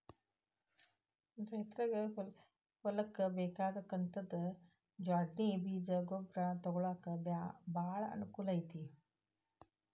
ರೈತ್ರಗೆ ಹೊಲ್ಕ ಬೇಕಾದ ಕಂತದ ಜ್ವಾಡ್ಣಿ ಬೇಜ ಗೊಬ್ರಾ ತೊಗೊಳಾಕ ಬಾಳ ಅನಕೂಲ ಅಕೈತಿ